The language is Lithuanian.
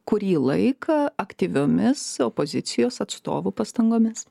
kurį laiką aktyviomis opozicijos atstovų pastangomis